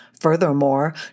Furthermore